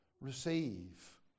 receive